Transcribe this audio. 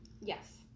Yes